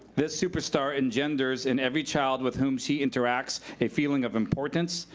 this super star engenders in every child with whom she interacts, a feeling of importance,